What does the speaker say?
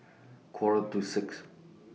Quarter to six